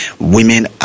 women